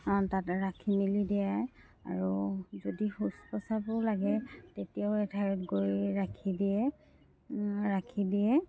তাত ৰাখি মেলি দিয়ে আৰু যদি শৌচ পোচাবো লাগে তেতিয়াও এঠাইত গৈ ৰাখি দিয়ে ৰাখি দিয়ে